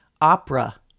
opera